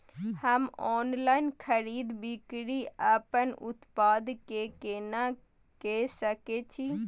हम ऑनलाइन खरीद बिक्री अपन उत्पाद के केना के सकै छी?